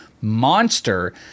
monster